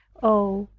oh,